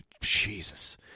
Jesus